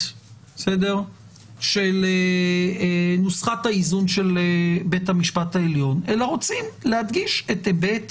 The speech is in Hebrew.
של נוסחת האיזון של בית המשפט העליון אלא רוצים להדגיש את היבט